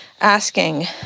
Asking